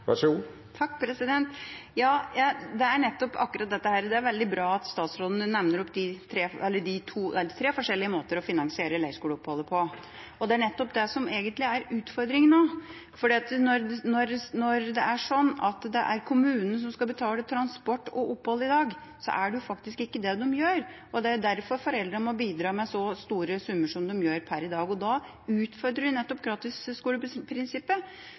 Ja, det er nettopp dette. Det er veldig bra at statsråden nevner tre forskjellige måter å finansiere leirskoleoppholdet på. Og det er nettopp det som egentlig er utfordringa også: Når det er slik i dag at det er kommunene som skal betale transport og opphold, er det faktisk ikke det de gjør. Det er derfor foreldrene må bidra med så store summer som de gjør per i dag. Og da utfordrer vi nettopp